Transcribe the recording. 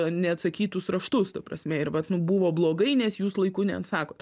neatsakytus raštus ta prasme ir vat nu buvo blogai nes jūs laiku neatsakot